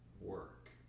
work